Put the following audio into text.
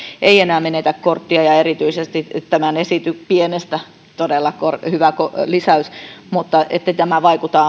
ei enää menetä korttia ja erityisesti pienestä todella hyvä lisäys ettei tämä vaikuta